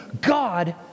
God